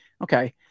Okay